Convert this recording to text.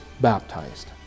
baptized